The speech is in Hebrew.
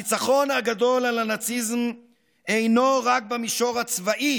הניצחון הגדול על הנאציזם אינו רק במישור הצבאי